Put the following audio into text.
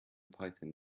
python